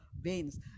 veins